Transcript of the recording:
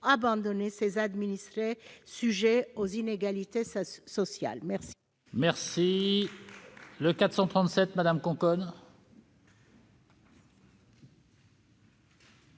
abandonner ses administrés sujets aux inégalités sociales.